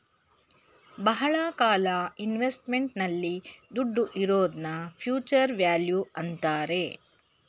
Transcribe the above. ಬಹಳ ಕಾಲ ಇನ್ವೆಸ್ಟ್ಮೆಂಟ್ ನಲ್ಲಿ ದುಡ್ಡು ಇರೋದ್ನ ಫ್ಯೂಚರ್ ವ್ಯಾಲ್ಯೂ ಅಂತಾರೆ